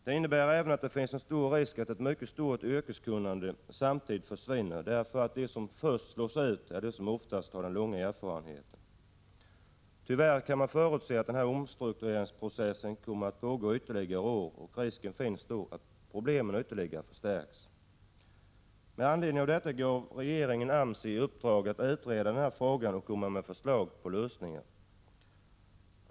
Detta medför en stor risk för att ett mycket stort yrkeskunnande samtidigt försvinner. De som slås ut är ofta människor med mycket lång erfarenhet. Tyvärr kan man förutse att omstruktureringsprocessen kommer att pågå ytterligare flera år, och risken finns att problemen då förstärks ytterligare. Med anledning av detta gav regeringen AMS i uppdrag att utreda frågan och komma med förslag till lösningar.